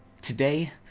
Today